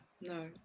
No